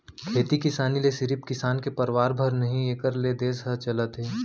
खेती किसानी ले सिरिफ किसान के परवार भर नही एकर ले देस ह चलत हे